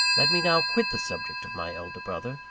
let me now quit the subject of my elder brother,